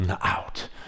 out